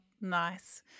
nice